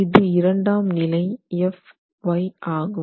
இது இரண்டாம் நிலை Fy ஆகும்